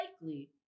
likely